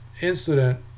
incident